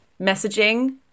messaging